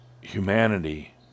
humanity